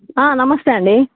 నమస్తే అండి